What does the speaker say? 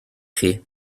chi